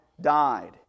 died